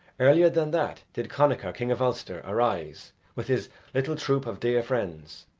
earlier than that did connachar, king of ulster, arise, with his little troop of dear friends,